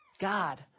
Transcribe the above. God